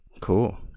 Cool